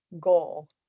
goal